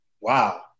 Wow